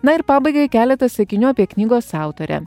na ir pabaigai keletas sakinių apie knygos autorę